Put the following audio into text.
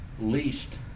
least